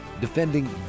Defending